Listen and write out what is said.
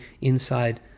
inside